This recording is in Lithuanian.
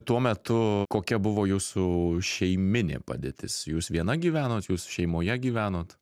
tuo metu kokia buvo jūsų šeiminė padėtis jūs viena gyvenot jūs šeimoje gyvenot